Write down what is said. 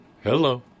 Hello